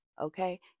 okay